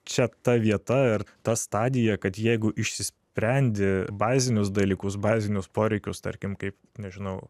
čia ta vieta ir ta stadija kad jeigu išsisprendi bazinius dalykus bazinius poreikius tarkim kaip nežinau